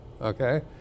okay